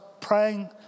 praying